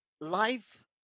Life